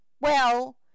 well—